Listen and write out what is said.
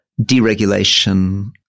deregulation